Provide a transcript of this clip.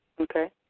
Okay